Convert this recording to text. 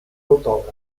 autògrafs